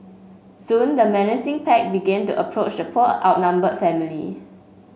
soon the menacing pack began to approach the poor outnumbered family